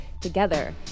together